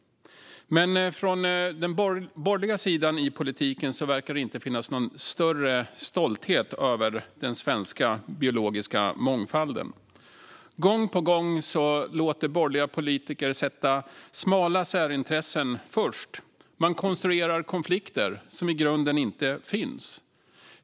Men hos den borgerliga sidan i politiken verkar det inte finnas någon större stolthet över den svenska biologiska mångfalden. Gång på gång sätter borgerliga politiker smala särintressen först. Man konstruerar konflikter som i grunden inte finns.